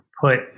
put